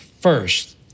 first